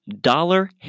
dollar